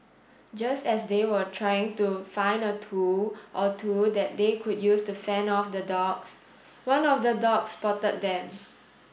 just as they were trying to find a tool or two that they could use to fend off the dogs one of the dogs spotted them